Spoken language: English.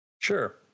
Sure